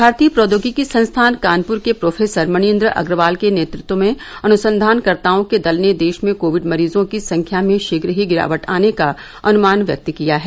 भारतीय प्रौद्योगिकी संस्थान कानपुर के प्रोफेसर मनिन्द्र अग्रवाल के नेतृत्व में अनुसंधानकर्ताओं के दल ने देश में कोविड मरीजों की संख्या में शीघ्र ही गिरावट आने का अनमान व्यक्त किया है